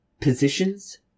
positions